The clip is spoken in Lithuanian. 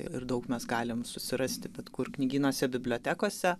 ir daug mes galim susirasti bet kur knygynuose bibliotekose